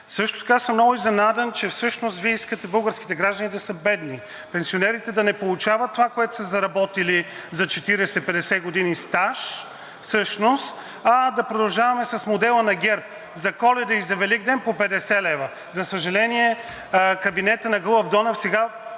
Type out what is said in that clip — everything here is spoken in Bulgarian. Също така съм много изненадан, че всъщност Вие искате българските граждани да са бедни, пенсионерите да не получават това, което са заработили за 40 – 50 години стаж всъщност, а да продължаваме с модела на ГЕРБ – за Коледа и за Великден по 50 лв. За съжаление, кабинетът на Гълъб Донев сега